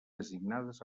designades